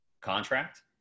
contract